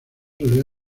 solía